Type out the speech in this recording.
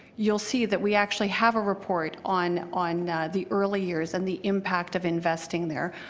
you'll see that we actually have a report on on the early years and the impact of investing there.